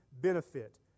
benefit